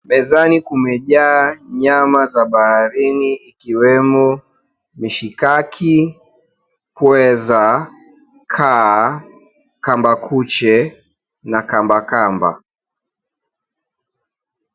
Mezani kumejaa nyama za baharini ikiwemo mishikaki, pweza, kaa, kamba kuche na kambakamba.